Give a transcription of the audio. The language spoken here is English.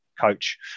coach